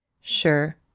Sure